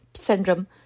syndrome